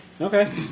Okay